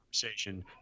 conversation